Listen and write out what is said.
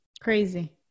Crazy